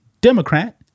Democrat